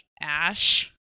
ash